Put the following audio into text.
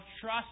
trust